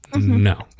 no